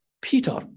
Peter